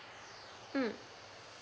mm